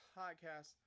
podcast